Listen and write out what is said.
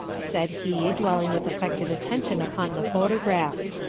said he, dwelling with affected attention upon the photograph.